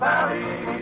Valley